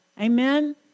Amen